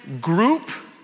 group